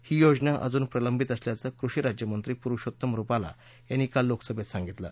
ही योजना अजून प्रलंबित असल्याचं कृषी राज्यमंत्री पुरषोत्तम रुपाला यांनी काल लोकसभेत सांगितलं